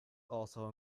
also